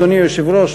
אדוני היושב-ראש,